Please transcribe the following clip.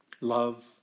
Love